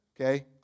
okay